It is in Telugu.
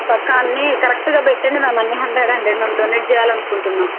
పక్కా అన్నీ కరెక్ట్గా పెట్టండి మ్యామ్ అన్నీ హండ్రెడ్ హండ్రెడ్ మేము డొనేట్ చేయాలి అనుకుంటున్నాం